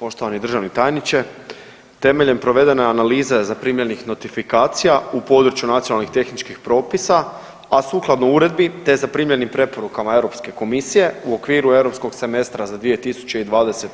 Poštovani državni tajniče, temeljem provedene analize zaprimljenih notifikacija u području nacionalnih tehničkih propisa, a sukladno uredbi te zaprimljenim preporukama Europske komisije u okviru europskog semestra za 2020.